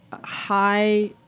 high